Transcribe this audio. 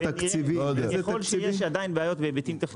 תראה לי בעיריות את התנאים.